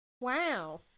wow